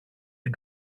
την